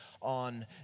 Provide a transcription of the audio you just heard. on